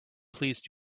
please